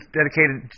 dedicated